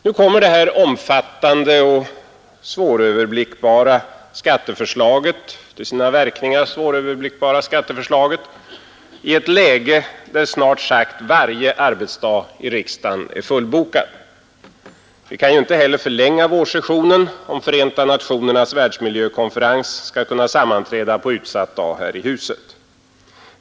Nu kommer det här omfattande och till sina verkningar svåröverblickbara skatteförslaget i ett läge där snart sagt varje arbetsdag i riksdagen är fullbokad. Vi kan ju inte heller förlänga vårsessionen, om Förenta nationernas världsmiljökonferens skall kunna sammanträda på utsatt dag här i huset.